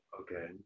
Okay